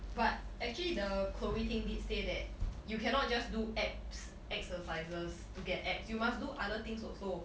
but actually the Chloe Ting did say that you cannot just do abs exercises to get abs you must do other things also